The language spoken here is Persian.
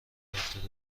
هفتاد